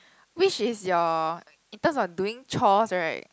which is your in term of doing chores right